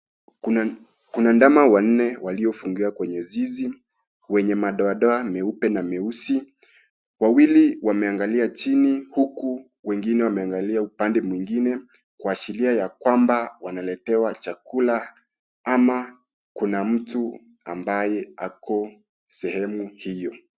Kuna kuna ndama wanne waliofungiwa kwenye zizi, wenye madoadoa meupe na meusi. Wawili wameangalia chini huku wengine wameangalia upande mwingine, kuashiria ya kwamba wanaletewa chakula, ama kuna mtu ambaye ako sehemu hiyo.